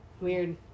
Weird